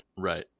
Right